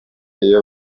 iyo